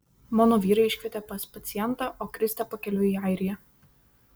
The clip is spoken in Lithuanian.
mano vyrą iškvietė pas pacientą o kristė pakeliui į airiją